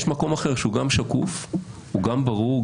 יש מקום אחר שהוא גם שקוף והוא גם ברור.